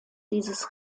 dieses